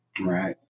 Right